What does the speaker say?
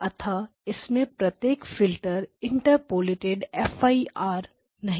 अतः इसमें प्रत्येक filter interpolated F I R नहींहै